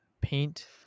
paint